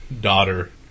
daughter